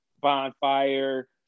bonfire